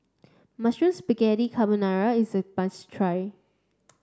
mushroom Spaghetti Carbonara is a must try